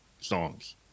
songs